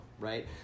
Right